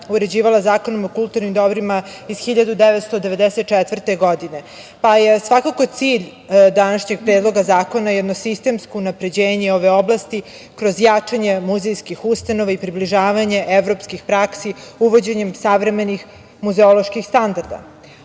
uređivala Zakonom o kulturnim dobrima iz 1994. godine, pa je svakako cilj današnjeg Predloga zakona jedno sistemsko unapređenje ove oblasti kroz jačanje muzejskih ustanova i približavanje evropskih praksi uvođenjem savremenih muzeoloških standarda. Ovim